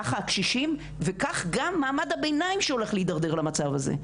ככה הקשישים וכך גם מעמד הביניים שהולך להתדרדר למצב הזה,